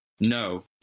No